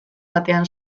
batean